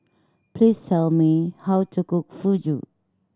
please tell me how to cook Fugu